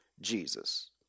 Jesus